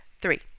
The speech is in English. three